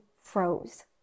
froze